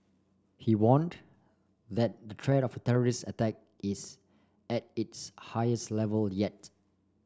he warned that the threat of terrorist attack is at its highest level yet